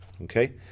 okay